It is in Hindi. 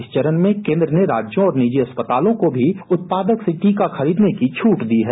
इस चरण में केन्द्र ने राज्यों और निजी अस्पतालों को भी उत्पादक से टीका खरीदने का भी छूट दी है